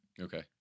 Okay